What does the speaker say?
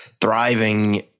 thriving